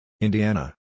Indiana